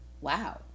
wow